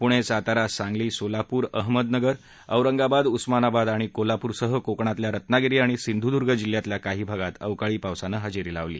पुणे सातारा सांगली सोलापूर अहमदनगर औरगांबाद उस्मानाबाद आणि कोल्हापूरसह कोकणातल्या रत्नागिरी आणि सिंधुदुर्ग जिल्ह्यातल्या काही भागात अवकाळी पावसानं हजेरी लावली